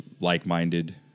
like-minded